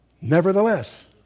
Nevertheless